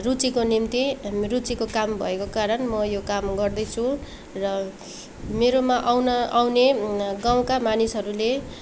रुचिको निम्ति रुचिको काम भएको कारण म यो काम गर्दैछु र मेरोमा आउन आउने गाउँका मानिसहरूले